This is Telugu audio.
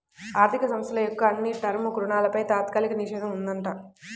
ఆర్ధిక సంస్థల యొక్క అన్ని టర్మ్ రుణాలపై తాత్కాలిక నిషేధం ఉందంట